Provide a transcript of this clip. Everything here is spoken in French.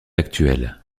actuelle